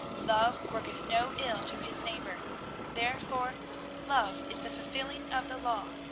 love worketh no ill to his neighbor therefore love is the fulfilling of the law.